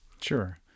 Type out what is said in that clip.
Sure